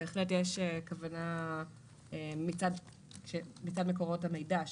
בהחלט יש כוונה מצד מקורות המידע.